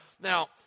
Now